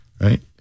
Right